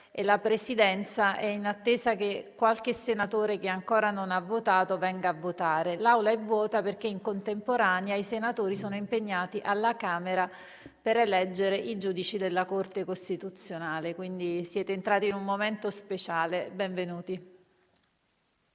la Presidenza è in attesa che qualche senatore che ancora non lo ha fatto venga a votare. L'Aula è vuota perché, in contemporanea, i senatori sono impegnati alla Camera dei deputati per eleggere i giudici della Corte costituzionale. Siete quindi entrati in un momento speciale. **Ripresa